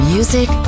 Music